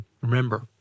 Remember